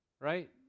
Right